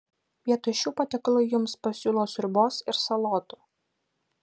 vietoj šių patiekalų jums pasiūlo sriubos ir salotų